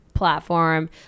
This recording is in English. platform